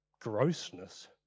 grossness